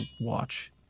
watch